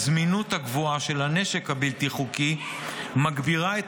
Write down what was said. הזמינות הגבוהה של הנשק הבלתי-חוקי מגבירה את